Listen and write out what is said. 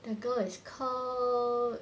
the girl is car~